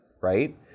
right